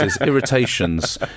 irritations